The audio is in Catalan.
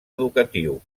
educatiu